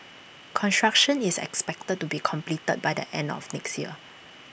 construction is expected to be completed by the end of next year